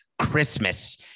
Christmas